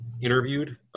interviewed